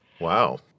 Wow